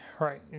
Right